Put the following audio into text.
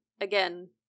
again